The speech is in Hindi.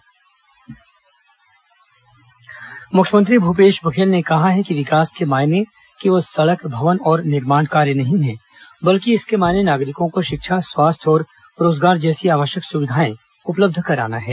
मुख्यमंत्री मुख्यमंत्री भूपेश बघेल ने कहा है कि विकास के मायने केवल सड़क भवन और निर्माण कार्य नहीं है बल्कि इसके मायने नागरिकों को शिक्षा स्वास्थ्य और रोजगार जैसी आवश्यक सुविधाएं उपलब्ध कराना है